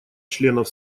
членов